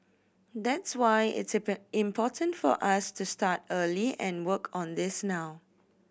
that's why it's important for us to start early and work on this now